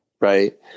Right